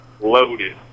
loaded